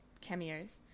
cameos